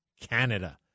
Canada